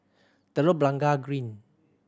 Telok Blangah Green